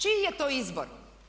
Čiji je to izbor?